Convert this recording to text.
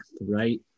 right